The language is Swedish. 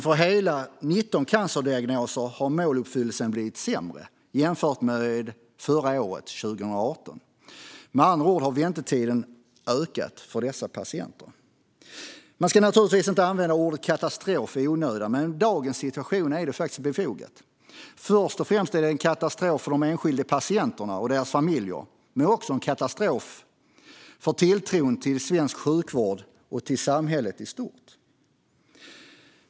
För hela 19 cancerdiagnoser har måluppfyllelsen blivit sämre jämfört med 2018. Med andra ord har väntetiden ökat för dessa patienter. Man ska naturligtvis inte använda ordet "katastrof" i onödan, men för dagens situation är det faktiskt befogat. Först och främst är det en katastrof för de enskilda patienterna och deras familjer, men det är också en katastrof för tilltron till svensk sjukvård och till samhället i stort.